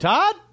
Todd